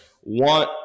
one